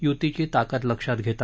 युतीची ताकद लक्षात घेता